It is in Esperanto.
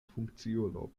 funkciulo